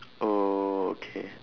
oh okay